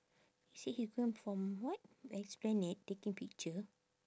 he said he going from what esplanade taking picture